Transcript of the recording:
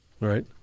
Right